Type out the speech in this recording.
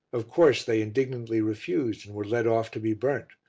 of course, they indignantly refused and were led off to be burnt,